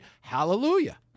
Hallelujah